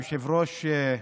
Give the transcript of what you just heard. אדוני היושב-ראש,